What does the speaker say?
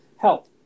help